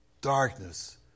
darkness